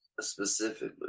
specifically